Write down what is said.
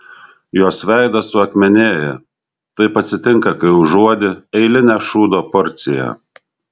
jos veidas suakmenėja taip atsitinka kai užuodi eilinę šūdo porciją